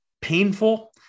painful